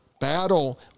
battle